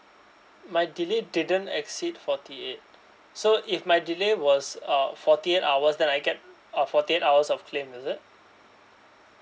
my delay didn't exceed forty eight so if my delay was uh forty eight hours then I get uh forty eight hours of claim is it